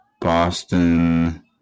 Boston